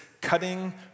cutting